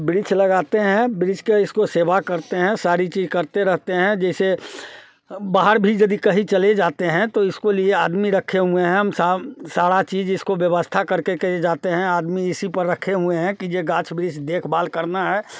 वृक्ष से लगाते हैं वृक्ष के इसको सेवा करते हैं सारी चीज करते रहते हैं जैसे बाहर भी यदि कहीं चले जाते हैं तो इसको लिए आदमी रखे हुए हैं हम सब सारा चीज इसको व्यवस्था करके ही जाते हैं आदमी इसी पर रखे हुए हैं कि ये गाछ वृक्ष देखभाल करना है